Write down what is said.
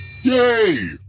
Yay